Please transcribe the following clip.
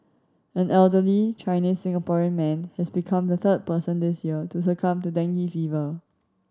an elderly Chinese Singaporean man has become the third person this year to succumb to dengue fever